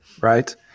right